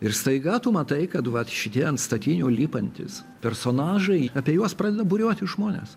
ir staiga tu matai kad vat šitie ant statinių lipantys personažai apie juos pradeda būriuotis žmonės